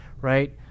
right